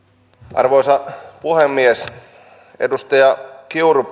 arvoisa puhemies edustaja kiuru